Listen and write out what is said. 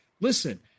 Listen